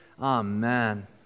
Amen